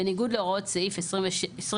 בניגוד להוראות סעיף 24(ג),